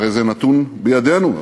הרי זה נתון בידינו,